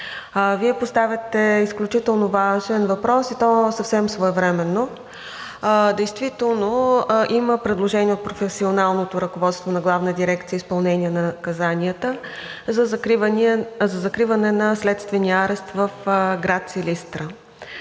Вие поставяте изключително важен въпрос, и то съвсем своевременно. Действително има предложение от професионалното ръководство на Главна дирекция „Изпълнение на наказанията“ за закриване на следствения арест в град Силистра.